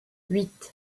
huit